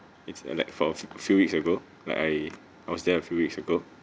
it's a like for few weeks ago like I I was there a few weeks ago